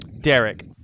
derek